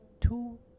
two